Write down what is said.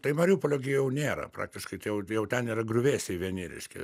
tai mariupolio gi jau nėra praktiškai tai jau jau ten yra griuvėsiai vieni reiškia